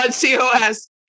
COS